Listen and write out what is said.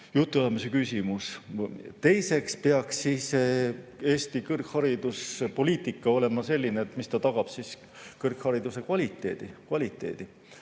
jutuajamise küsimus. Teiseks peaks Eesti kõrghariduspoliitika olema selline, et ta tagab kõrghariduse kvaliteedi. Kolmandaks